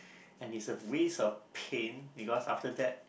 and is a ways of pain you got after that